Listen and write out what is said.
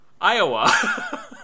Iowa